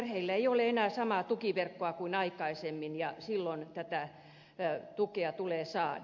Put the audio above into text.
perheillä ei ole enää samaa tukiverkkoa kuin aikaisemmin ja silloin tätä tukea tulee saada